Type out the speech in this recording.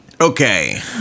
Okay